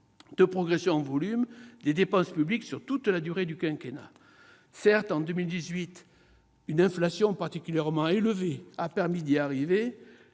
de progression en volume des dépenses publiques sur toute la durée du quinquennat. Certes, en 2018, une inflation particulièrement élevée a permis d'y arriver.